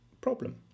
problem